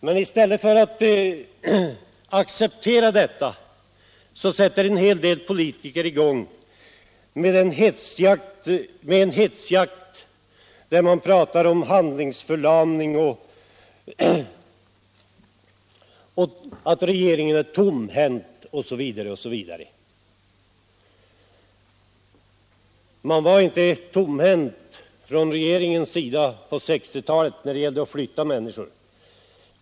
Men i stället för att acceptera detta sätter en hel del politiker i gång med en hetskampanj, där man pratar om handlingsförlamning, om att regeringen är tomhänt, osv. Man var inte tomhänt från regeringens sida på 1960-talet när det gällde att flytta människor.